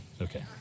okay